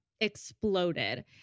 exploded